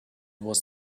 was